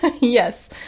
yes